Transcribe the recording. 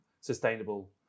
sustainable